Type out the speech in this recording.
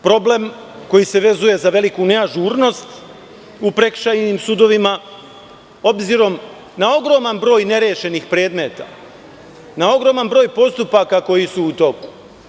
Problem koji se vezuje za veliku neažurnost u prekršajnim sudovima obzirom na ogroman broj nerešenih predmeta, na ogroman broj postupaka koji su u toku.